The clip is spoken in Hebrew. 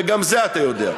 וגם את זה אתה יודע.